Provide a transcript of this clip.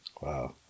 Wow